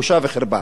בושה וחרפה.